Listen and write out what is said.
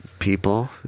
People